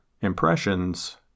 impressions